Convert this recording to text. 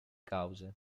cause